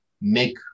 make